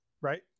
right